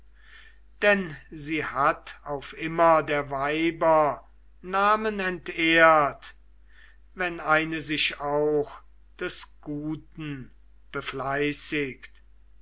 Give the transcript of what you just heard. denn sie hat auf immer der weiber namen entehrt wenn eine sich auch des guten befleißigt